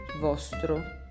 vostro